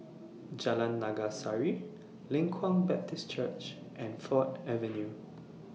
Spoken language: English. Jalan Naga Sari Leng Kwang Baptist Church and Ford Avenue